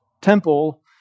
temple